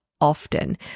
often